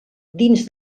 dins